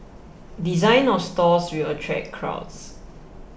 design of stores will attract crowds